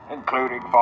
Including